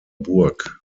burg